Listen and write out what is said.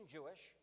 Jewish